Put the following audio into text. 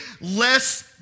less